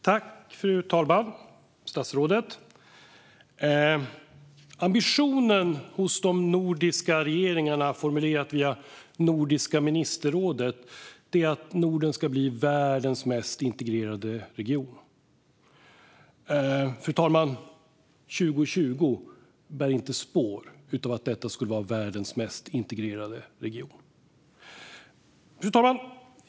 Fru talman och statsrådet! Ambitionen hos de nordiska regeringarna, formulerad via Nordiska ministerrådet, är att Norden ska bli världens mest integrerade region. Fru talman! År 2020 bär inte spår av att detta skulle vara världens mest integrerade region. Fru talman!